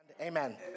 Amen